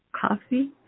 coffee